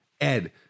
ed